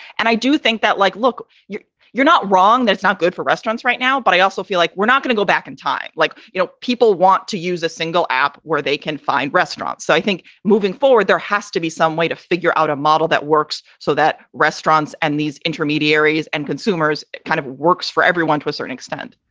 and i do think that, like, look, you're you're not wrong. that's not good for restaurants right now. but i also feel like we're not going to go back in time. like, you know, people want to use a single app where they can find restaurants. i think moving forward, there has to be some way to figure out a model that works so that restaurants and these intermediaries and consumers kind of works for everyone to a certain extent